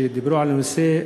שדיברו על הנושא,